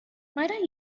might